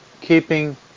keeping